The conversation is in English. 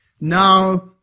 Now